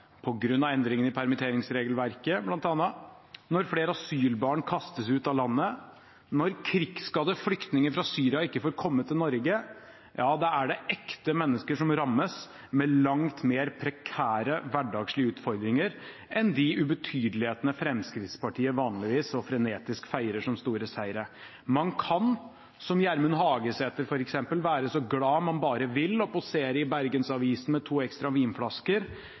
av endringene i permitteringsregelverket bl.a., når flere asylbarn kastes ut av landet, når krigsskadde flyktninger fra Syria ikke får komme til Norge – ja, da er det ekte mennesker som rammes med langt mer prekære hverdagslige utfordringer enn de ubetydelighetene Fremskrittspartiet vanligvis så frenetisk feirer som store seire. Man kan som Gjermund Hagesæter f.eks. være så glad man bare vil, og posere i Bergensavisen med to ekstra vinflasker,